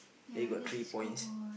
there got three points